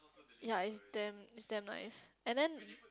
yea is damn is damn nice and then